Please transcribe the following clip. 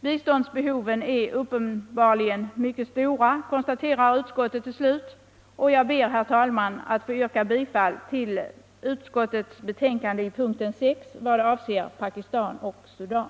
Biståndsbehoven är uppenbarligen mycket stora, konstaterar utskottet till slut. ö Jag ber, herr talman, att få yrka bifall till utskottets hemställan i punkten 6 vad avser Pakistan och Sudan.